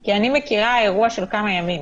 כי אני מכירה אירוע של כמה ימים.